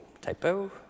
typo